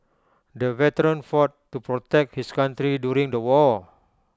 the veteran fought to protect his country during the war